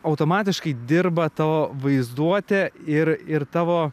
automatiškai dirba tavo vaizduotė ir ir tavo